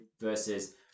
versus